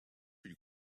you